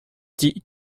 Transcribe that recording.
dit